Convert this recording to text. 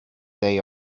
day